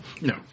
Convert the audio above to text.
No